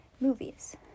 Movies